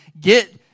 get